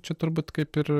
čia turbūt kaip ir